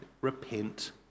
Repent